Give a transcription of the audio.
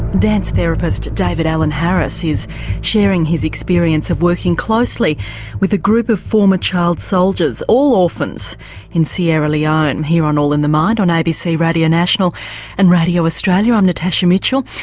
dance therapist david alan harris is sharing his experience of working closely with a group of former child soldiers, all orphans in sierra leone here on all in the mind on abc radio national and radio australia, i'm natasha mitchell.